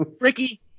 Ricky